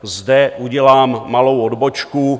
Zde udělám malou odbočku.